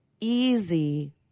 easy